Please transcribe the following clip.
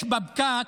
לא, יש בפקק,